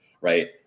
right